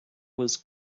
was